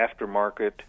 aftermarket